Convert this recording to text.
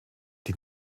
die